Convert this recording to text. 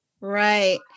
right